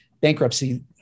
bankruptcy